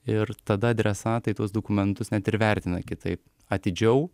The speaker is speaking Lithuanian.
ir tada adresatai tuos dokumentus net ir vertina kitaip atidžiau